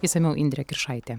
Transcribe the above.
išsamiau indrė kiršaitė